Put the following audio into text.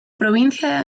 provincia